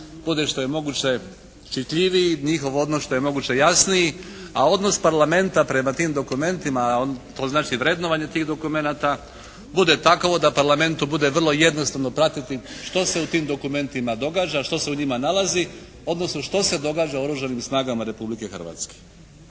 bude što je moguće čitljiviji, njihov odnos što je moguće jasniji, a odnos Parlamenta prema tim dokumentima to znači vrednovanje tih dokumenata bude takovo da Parlamentu bude vrlo jednostavno pratiti što se u tim dokumentima događa, što se u njima nalazi odnosno što se događa oružanim snagama Republike Hrvatske?